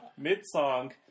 mid-song